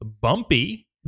bumpy